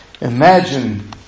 Imagine